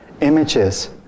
Images